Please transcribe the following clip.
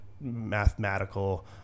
mathematical